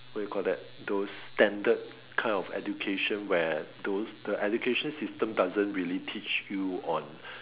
what you call that those standard kind of education where those the education system doesn't really teach you on